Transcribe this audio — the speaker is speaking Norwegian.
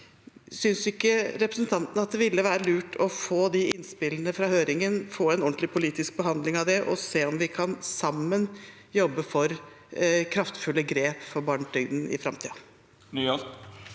på om ikke representanten synes det ville være lurt å få innspillene fra høringen og en ordentlig politisk behandling av det, og se om vi sammen kan jobbe for kraftfulle grep for barnetrygden i framtiden.